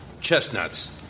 Chestnuts